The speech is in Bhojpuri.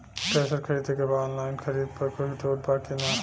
थ्रेसर खरीदे के बा ऑनलाइन खरीद पर कुछ छूट बा कि न?